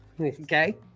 Okay